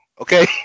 okay